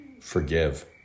forgive